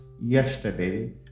yesterday